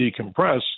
decompress